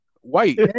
white